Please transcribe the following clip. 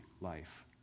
life